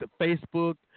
Facebook